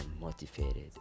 motivated